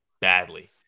badly